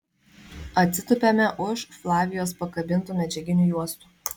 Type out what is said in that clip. atsitupiame už flavijos pakabintų medžiaginių juostų